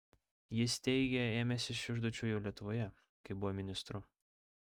jis teigė ėmęsis šių užduočių jau lietuvoje kai buvo ministru